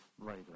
later